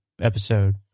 episode